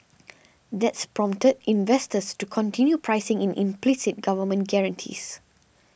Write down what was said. that's prompted investors to continue pricing in implicit government guarantees